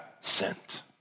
sent